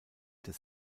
des